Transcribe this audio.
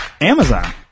Amazon